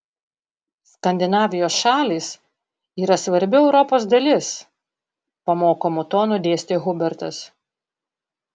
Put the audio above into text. skandinavijos šalys yra svarbi europos dalis pamokomu tonu dėstė hubertas